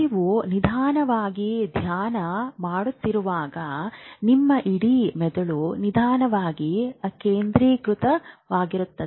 ನೀವು ನಿಧಾನವಾಗಿ ಧ್ಯಾನ ಮಾಡುತ್ತಿರುವಾಗ ನಿಮ್ಮ ಇಡೀ ಮೆದುಳು ನಿಧಾನವಾಗಿ ಕೇಂದ್ರೀಕೃತವಾಗಿರುತ್ತದೆ